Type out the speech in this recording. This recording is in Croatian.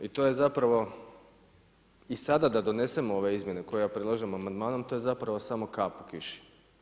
I to je zapravo i sada da donesemo ove izmjene koje ja predlažem amandmanom to je zapravo samo kap u kiši.